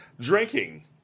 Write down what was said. Drinking